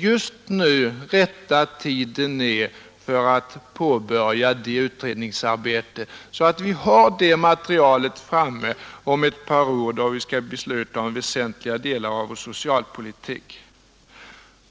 Just nu är rätta tiden att påbörja det utredningsarbetet, så att vi har materialet framme om ett par år, då vi skall besluta om väsentliga delar av vår socialpolitik.